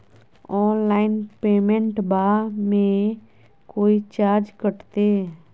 Online पेमेंटबां मे कोइ चार्ज कटते?